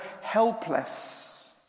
helpless